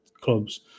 clubs